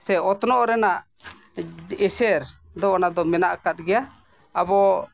ᱥᱮ ᱚᱛᱱᱚᱜ ᱨᱮᱱᱟᱜ ᱮᱹᱥᱮᱨ ᱫᱚ ᱚᱱᱟᱫᱚ ᱢᱮᱱᱟᱜ ᱟᱠᱟᱫ ᱜᱮᱭᱟ ᱟᱵᱚ